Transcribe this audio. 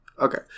okay